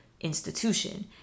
institution